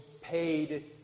paid